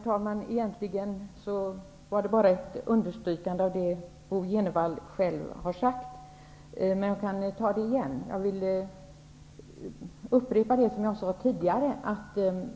Herr talman! Egentligen var det bara ett understrykande av det Bo Jenevall själv sade, men jag kan upprepa det.